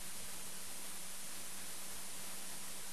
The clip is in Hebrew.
אנחנו